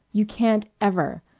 you can't ever.